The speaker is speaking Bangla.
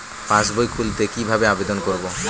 পাসবই খুলতে কি ভাবে আবেদন করব?